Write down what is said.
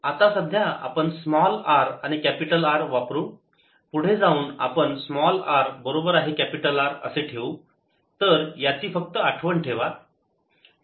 आता सध्या आपण स्मॉल r आणि कॅपिटल R वापरू पुढे जाऊन आपण स्मॉल r बरोबर कॅपिटल R असे ठेवू तर याची फक्त आठवण ठेवा